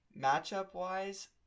matchup-wise